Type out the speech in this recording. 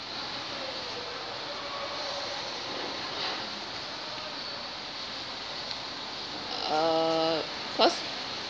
uh cause